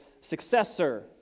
successor